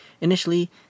Initially